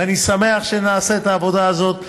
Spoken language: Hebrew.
ואני שמח שנעשית העבודה הזאת.